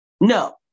No